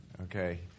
Okay